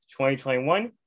2021